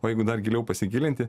o jeigu dar giliau pasigilinti